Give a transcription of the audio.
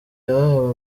yahawe